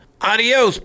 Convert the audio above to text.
Adios